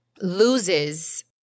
loses